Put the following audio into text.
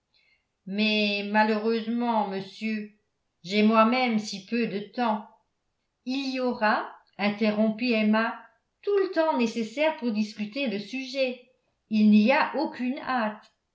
mais malheureusement monsieur j'ai moi-même si peu de temps il y aura interrompit emma tout le temps nécessaire pour discuter le sujet il n'y a aucune hâte